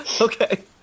Okay